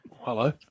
Hello